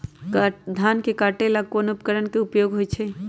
धान के काटे का ला कोंन उपकरण के उपयोग होइ छइ?